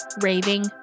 raving